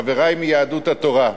חברי מיהדות התורה,